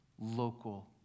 local